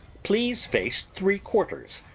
please face three-quarters.